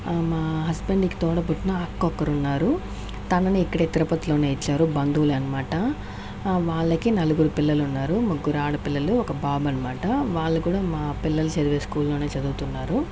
మా హస్బెండ్కి తోడ పుట్టిన అక్క ఒకరు ఉన్నారు తనని ఇక్కడే తిరుపతిలోనే ఇచ్చారు బంధువులు అనమాట వాళ్ళకి నలుగురు పిల్లలు ఉన్నారు ముగ్గురు ఆడపిల్లలు ఒక బాబు అనమాట వాళ్లు కూడా మా పిల్లలు చదివే స్కూల్ లోనే చదువుతున్నారు